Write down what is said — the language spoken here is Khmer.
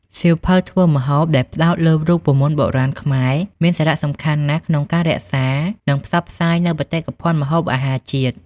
សៀវភៅធ្វើម្ហូបដែលផ្ដោតលើរូបមន្តបុរាណខ្មែរមានសារៈសំខាន់ណាស់ក្នុងការរក្សា និងផ្សព្វផ្សាយនូវបេតិកភណ្ឌម្ហូបអាហារជាតិ។